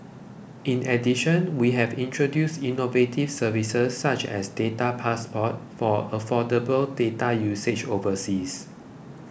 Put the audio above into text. in addition we have introduced innovative services such as Data Passport for affordable data usage overseas